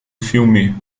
filme